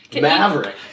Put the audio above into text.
Maverick